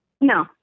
No